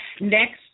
Next